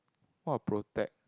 what protect